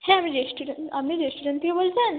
হ্যাঁ আমি রেস্টুরেন্ট আপনি রেস্টুরেন্ট থেকে বলছেন